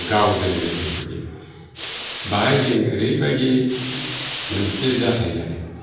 गावदों लोगोफोरजों बेहाय जों ओरैबायदि मोनसे जाथाय जादों